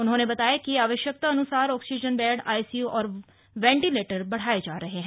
उन्होने बताया कि आवश्यकतानुसार ऑक्सीजन बेड आईसीयू और वेंटिलेटर बढ़ाये जा रहे हैं